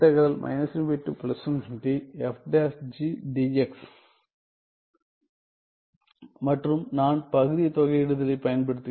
மற்றும் நான் பகுதி தொகையிடுதலைப் பயன்படுத்துகிறேன்